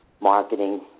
marketing